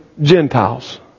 Gentiles